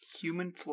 human